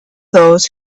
those